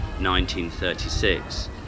1936